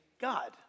God